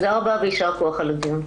תודה רבה ויישר כוח על הדיון.